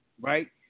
right